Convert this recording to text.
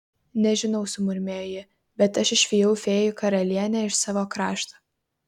nežinau sumurmėjo ji bet aš išvijau fėjų karalienę iš savo krašto